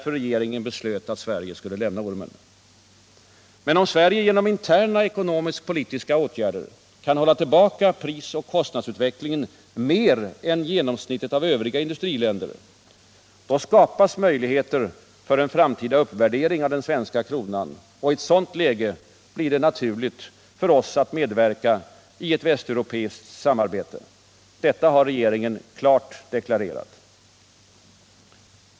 Regeringen beslöt därför att Sverige skulle lämna ormen. Om Sverige genom interna ekonomiskt-politiska åtgärder kan hålla tillbaka prisoch kostnadsutvecklingen mer än genomsnittet av övriga industriländer skapas emellertid möjligheter för en framtida uppvärdering av den svenska kronan. I ett sådant läge blir det naturligt för oss att medverka i ett västeuropeiskt samarbete. Detta har regeringen klart deklarerat.